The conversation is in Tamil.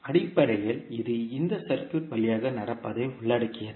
அடிப்படையில் இது இந்த சர்க்யூட் வழியாக நடப்பதை உள்ளடக்கியது